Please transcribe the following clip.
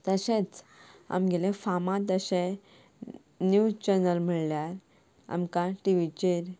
तशेंच आमगेले फामाद अशे निवज चॅनल म्हणल्यार आमकां टिवीचेर